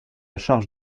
charge